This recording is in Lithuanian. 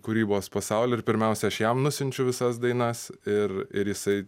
kūrybos pasauly ir pirmiausia aš jam nusiunčiu visas dainas ir ir jisai